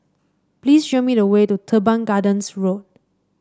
please show me the way to Teban Gardens Road